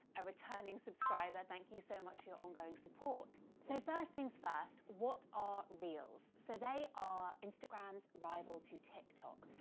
a returning subscriber thank you so much for your ongoing support. so first things first, what are reels? so they are instagram's rival to tiktok.